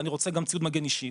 ואני רוצה ציוד מגן אישי,